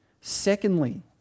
Secondly